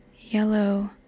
yellow